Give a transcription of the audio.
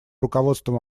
руководством